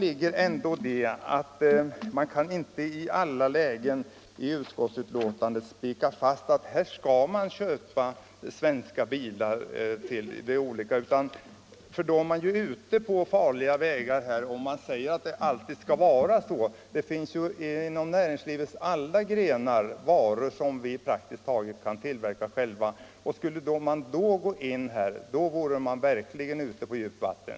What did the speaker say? Dock kvarstår att utskottet inte kan spika fast att man alltid skall köpa svenska bilar. Då är vi ute på farliga vägar. Inom näringslivets alla grenar finns varor som vi praktiskt taget kan tillverka själva. Skulle man för dessa fall införa sådana här bestämmelser, vore man verkligen ute på djupt vatten.